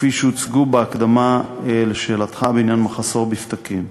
כפי שהוצגו בהקדמה לשאלתך בעניין מחסור בפתקים.